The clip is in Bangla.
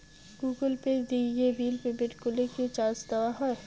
গুগল পে দিয়ে বিল পেমেন্ট করলে কি চার্জ নেওয়া হয়?